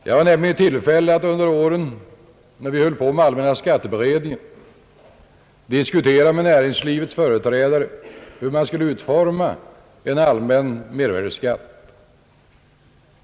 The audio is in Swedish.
Jag hade nämligen tillfälle att under de år då allmänna skatteberedningen arbetade diskutera med näringslivets företrädare hur man skulle utforma en allmän mervärdeskatt.